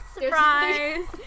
surprise